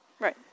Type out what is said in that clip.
right